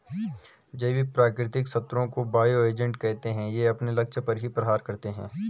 जैविक प्राकृतिक शत्रुओं को बायो एजेंट कहते है ये अपने लक्ष्य पर ही प्रहार करते है